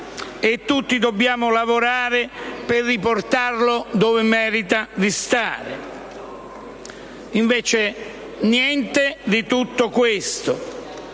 e tutti dobbiamo lavorare per riportarlo dove merita di stare». Invece niente di tutto ciò,